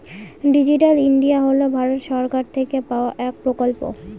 digital India হল ভারত সরকার থেকে পাওয়া এক প্রকল্প